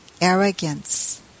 arrogance